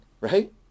right